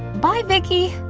bye, vicky!